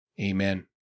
amen